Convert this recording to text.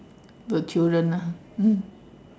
the children ah mm